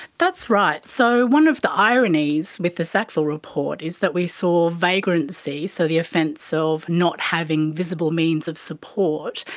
that's right. so one of the ironies with the sackville report is that we saw vagrancy, so the offence so of not having visible means of support,